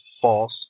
false